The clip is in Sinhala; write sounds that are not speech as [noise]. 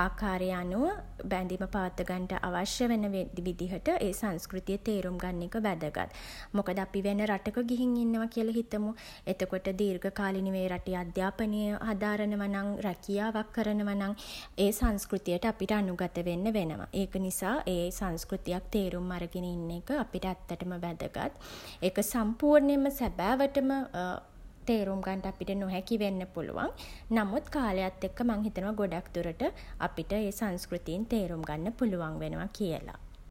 ආකාරය අනුව [hesitation] බැඳීම පවත්ව ගන්ට අවශ්‍ය වෙන විදිහට [hesitation] ඒ සංස්කෘතිය තේරුම් ගන්න එක වැදගත්. මොකද අපි වෙන රටක ගිහින් ඉන්නව කියල හිතමු. එතකොට දීර්ඝකාලීනව ඒ රටේ අධ්‍යාපනය [hesitation] හදාරනව නම් [hesitation] රැකියාවක් කරනව නම් [hesitation] ඒ සංස්කෘතියට අපිට අනුගත වෙන්න වෙනවා. ඒක නිසා [hesitation] ඒ සංස්කෘතියක් තේරුම් අරගෙන ඉන්න එක [hesitation] අපිට ඇත්තටම වැදගත්. ඒක සම්පූර්ණයෙන්ම [hesitation] සැබෑවටම [hesitation] තේරුම් ගන්න අපිට නොහැකි වෙන්න පුළුවන්. නමුත් [hesitation] කාලයත් එක්ක මං හිතනවා ගොඩක් දුරට [hesitation] අපිට ඒ සංස්කෘතීන් තේරුම් ගන්න පුළුවන් වෙනවා කියල.